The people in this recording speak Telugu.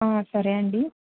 సరే అండి